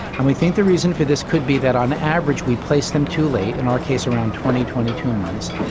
and we think the reason for this could be that on average we placed them too late, in our case around twenty, twenty two months,